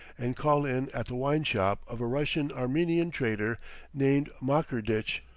and call in at the wine-shop of a russian-armenian trader named makerditch,